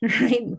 right